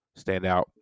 standout